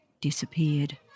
disappeared